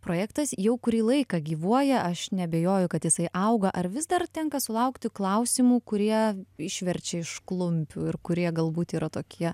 projektas jau kurį laiką gyvuoja aš neabejoju kad jisai auga ar vis dar tenka sulaukti klausimų kurie išverčia iš klumpių ir kurie galbūt yra tokie